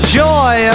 joy